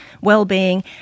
well-being